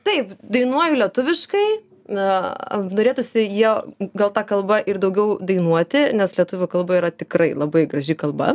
taip dainuoju lietuviškai na norėtųsi jo gal ta kalba ir daugiau dainuoti nes lietuvių kalba yra tikrai labai graži kalba